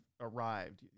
arrived